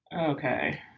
Okay